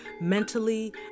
mentally